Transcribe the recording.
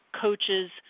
coaches